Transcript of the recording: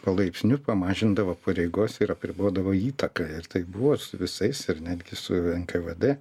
palaipsniui pamažindavo pareigose ir apribodavo įtaką ir tai buvo su visais ir netgi su nkvd